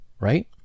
right